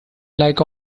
like